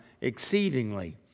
exceedingly